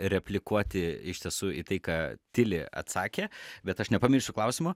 replikuoti iš tiesų į tai ką tili atsakė bet aš nepamiršiu klausimo